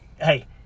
hey